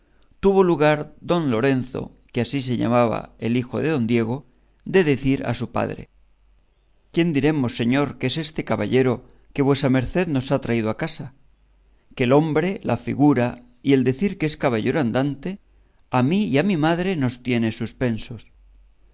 tuvo lugar don lorenzo que así se llamaba el hijo de don diego de decir a su padre quién diremos señor que es este caballero que vuesa merced nos ha traído a casa que el nombre la figura y el decir que es caballero andante a mí y a mi madre nos tiene suspensos